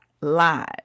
live